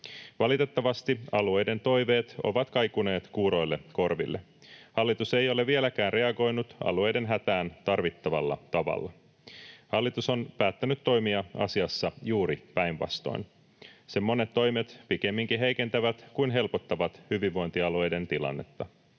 Valitettavasti alueiden toiveet ovat kaikuneet kuuroille korville. Hallitus ei ole vieläkään reagoinut alueiden hätään tarvittavalla tavalla. Hallitus on päättänyt toimia asiassa juuri päinvastoin. Sen monet toimet pikemminkin heikentävät kuin helpottavat hyvinvointialueiden tilannetta.